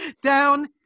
down